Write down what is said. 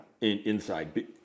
Inside